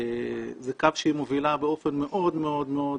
זה קו שהיא מובילה באופן מאוד מאוד מאוד